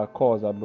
cosa